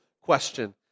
question